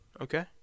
Okay